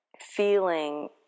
feeling